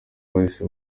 bahise